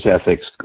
ethics